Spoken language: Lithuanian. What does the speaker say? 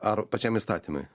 ar pačiam įstatymui